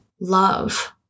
love